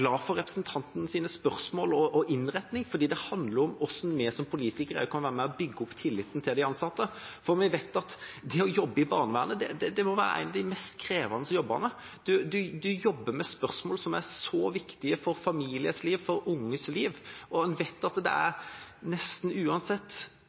glad for representantens spørsmål og innretningen på dem, for det handler om hvordan vi som politikere kan være med på å bygge opp tilliten til de ansatte. Vi vet at det å jobbe i barnevernet må være en av de mest krevende jobbene. Man jobber med spørsmål som er så viktige for familiers liv og for ungers liv, og vi vet at det